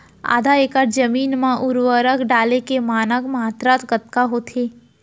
आधा एकड़ जमीन मा उर्वरक डाले के मानक मात्रा कतका होथे?